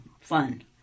fun